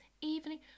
evening